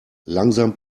langsam